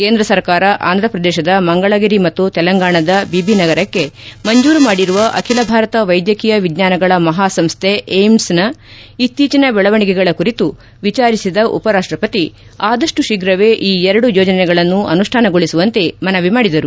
ಕೇಂದ್ರ ಸರ್ಕಾರ ಆಂಧಪ್ರದೇಶದ ಮಂಗಳಗಿರಿ ಮತ್ತು ತೆಲಂಗಾಣದ ಬಿಬಿ ನಗರಕ್ಕೆ ಮಂಜೂರು ಮಾಡಿರುವ ಅಖಿಲ ಭಾರತ ವ್ಯೆದ್ಧಕೀಯ ವಿಜ್ವಾನಗಳ ಮಹಾಸಂಸ್ಥೆ ಎಐಐಎಂಎಸ್ನ ಇತ್ತೀಚಿನ ಬೆಳವಣಿಗೆಗಳ ಕುರಿತು ವಿಚಾರಿಸಿದ ಉಪರಾಷ್ಟಪತಿ ಆದಪ್ಪು ಶೀಘವೇ ಈ ಎರಡು ಯೋಜನೆಗಳನ್ನು ಅನುಷ್ಠಾನಗೊಳಿಸುವಂತೆ ಮನವಿ ಮಾಡಿದರು